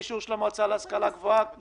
זו לא רק קבוצת אליטה קטנה, זה עם ישראל.